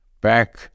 back